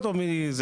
כזה.